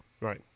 Right